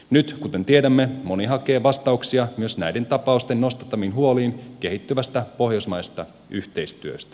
nyt kuten tiedämme moni hakee vastauksia myös näiden tapausten nostattamiin huoliin kehittyvästä pohjoismaisesta yhteistyöstä